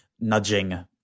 nudging